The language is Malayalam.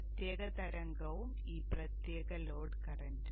പ്രത്യേക തരംഗവും ഈ പ്രത്യേക ലോഡ് കറന്റും